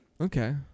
Okay